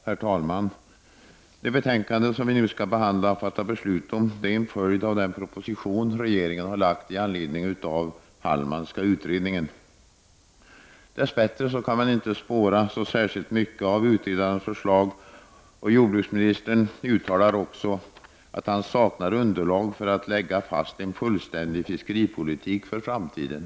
Herr talman! Det betänkande som vi nu skall behandla och som vi senare skall fatta beslut om följer av den proposition som regeringen har lagt fram med anledning av den Hallmanska utredningen. Dess bättre kan man inte spåra särskilt mycket av det som utredaren föreslår. Jordbruksministern uttalar också att han saknar underlag för att kunna lägga fast en fullständig fiskeripolitik för framtiden.